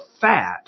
fat